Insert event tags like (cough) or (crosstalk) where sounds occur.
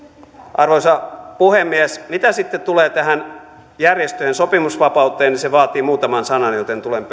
arvoisa puhemies mitä sitten tulee tähän järjestöjen sopimusvapauteen niin se vaatii muutaman sanan joten tulen (unintelligible)